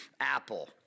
Apple